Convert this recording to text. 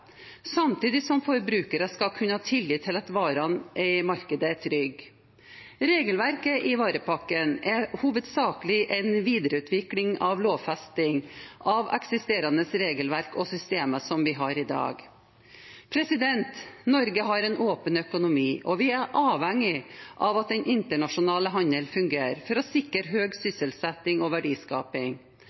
samtidig som forbrukere skal kunne ha tillit til at varene i markedet er trygge. Regelverket i varepakken er hovedsakelig en videreutvikling av lovfesting av eksisterende regelverk og systemer som vi har i dag. Norge har en åpen økonomi, og vi er avhengig av at den internasjonale handelen fungerer for å sikre høy sysselsetting og verdiskaping.